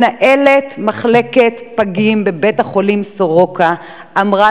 מנהלת מחלקת פגים בבית-החולים "סורוקה" אמרה